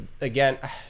again